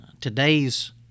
today's